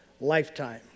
lifetime